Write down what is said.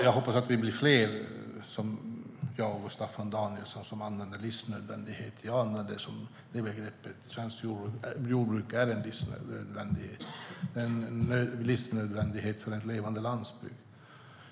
Jag hoppas att det blir fler som jag och Staffan Danielsson som använder begreppet livsnödvändighet. Jag använder ofta det begreppet. Svensk jordbruk är en livsnödvändighet för en levande landsbygd.